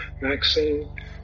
Maxine